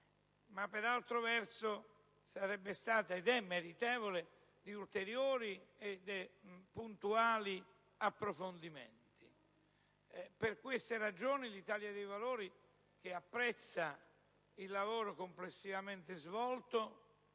che per altro verso sarebbe stata, e sia, meritevole di ulteriori e puntuali approfondimenti. Per queste ragioni, l'Italia dei Valori, che apprezza il lavoro complessivamente svolto,